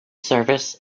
service